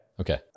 Okay